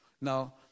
Now